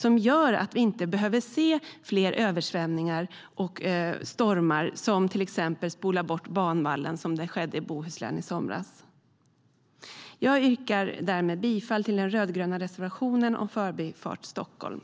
Då behöver vi inte se fler översvämningar och stormar som till exempel spolar bort banvallen, vilket skedde i Bohuslän i somras.